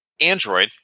android